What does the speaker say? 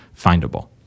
findable